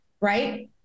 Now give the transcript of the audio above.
right